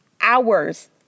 hours